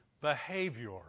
behavior